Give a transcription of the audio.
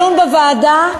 דיון בוועדה.